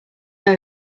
know